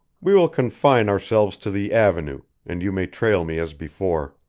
we will confine ourselves to the avenue, and you may trail me as before.